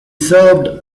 served